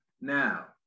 Now